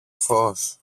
φως